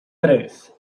tres